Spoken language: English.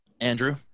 andrew